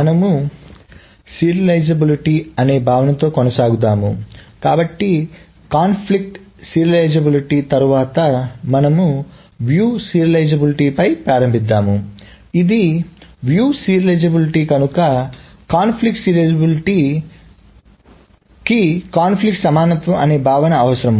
ఇది వీక్షణ సీరియలైజబిలిటీ కనుక కాన్ఫ్లిక్ట్ సీరియలైజేబిలిటీకి కాన్ఫ్లిక్ట్ సమానత్వం అనే భావన అవసరం